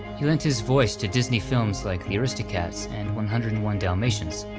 he lent his voice to disney films like the aristocats, and one hundred and one dalmatians,